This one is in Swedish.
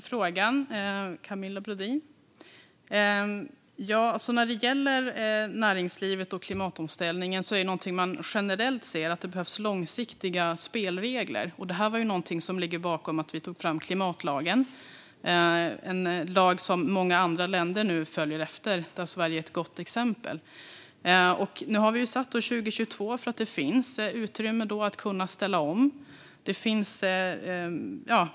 Fru talman! Jag tackar för frågan, Camilla Brodin. I fråga om klimatomställningen i näringslivet kan man generellt se att det behövs långsiktiga spelregler. Det här är något som ligger bakom att vi tog fram klimatlagen. Det är en lag som många andra länder följer efter och där Sverige är ett gott exempel. Nu har vi satt 2022 för att det ska finnas utrymme att ställa om.